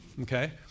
Okay